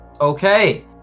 Okay